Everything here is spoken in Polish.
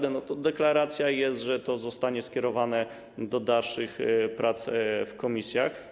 Jest deklaracja, że to zostanie skierowane do dalszych prac w komisjach.